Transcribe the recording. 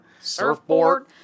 Surfboard